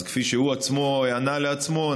אז כפי שהוא עצמו ענה לעצמו,